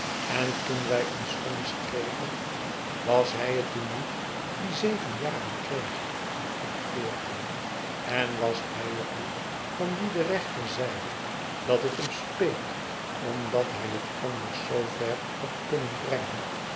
en toen wij ons vonnis kregen was hij het toen niet die zeven jaren kreeg en ik veertien en was hij het niet van wien de rechter zeide dat het hemspeet omdat hij het anders zoo ver had kunnen brengen